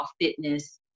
fitness